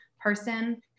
person